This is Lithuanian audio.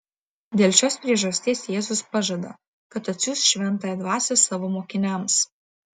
dėl šios priežasties jėzus pažada kad atsiųs šventąją dvasią savo mokiniams